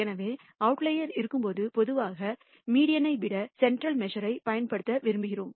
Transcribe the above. எனவே அவுட்லயர்ஸ் இருக்கும்போது பொதுவாக மீடியன்ஐ விட சென்ட்ரல் மெஷராக பயன்படுத்த விரும்புகிறோம்